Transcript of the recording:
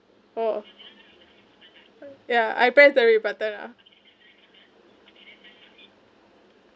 oh ya I press the red button ah